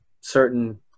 certain